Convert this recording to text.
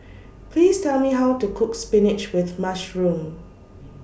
Please Tell Me How to Cook Spinach with Mushroom